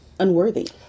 unworthy